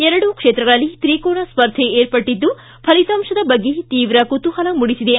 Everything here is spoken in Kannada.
ಎರಡೂ ಕ್ಷೇತ್ರಗಳಲ್ಲಿ ತ್ರಿಕೋನ ಸ್ಪರ್ಧೆ ಏರ್ಪಟ್ಟದ್ದು ಫಲಿತಾಂಶದ ಬಗ್ಗೆ ತೀವ್ರ ಕುತೂಹಲ ಮೂಡಿಸಿದೆ